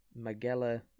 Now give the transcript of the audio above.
Magella